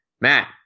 Matt